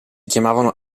chiamavano